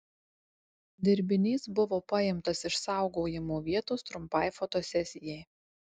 dirbinys buvo paimtas iš saugojimo vietos trumpai fotosesijai